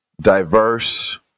diverse